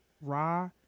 Raw